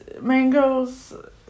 mango's